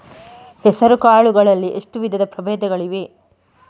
ಹೆಸರುಕಾಳು ಗಳಲ್ಲಿ ಎಷ್ಟು ವಿಧದ ಪ್ರಬೇಧಗಳಿವೆ?